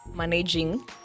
Managing